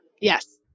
Yes